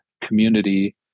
community